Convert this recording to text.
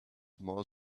more